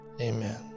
Amen